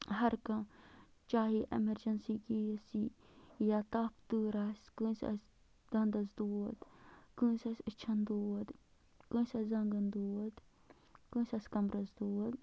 ہَر کانٛہہ چاہے emergency case یی یا تَپھ تۭر آسہِ کٲنٛسہِ آسہِ دنٛدَس دود کٲنٛسہِ آسہِ أچھَن دود کٲنٛسہِ آسہِ زَنٛگَن دود کٲنٛسہِ آسہِ کَمبرَس دود